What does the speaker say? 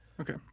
Okay